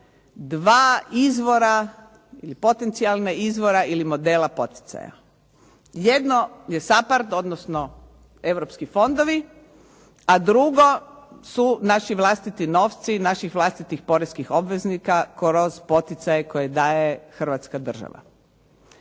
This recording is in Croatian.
dva izvora ili potencijala izvora ili modela poticaja. Jedno je SAPARD odnosno europski fondovi, a drugo su naši vlastiti novci, naših vlastitih poreznih obveznika kroz poticaje koje daje Hrvatska država.